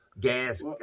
gas